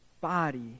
body